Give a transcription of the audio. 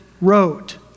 wrote